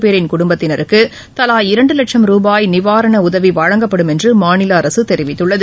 பேரின் குடும்பத்தினருக்கு தவா இரண்டு லட்சம் ரூபாய் நிவாரண உதவி வழங்கப்படும் என்று மாநில அரசு தெரிவித்துள்ளது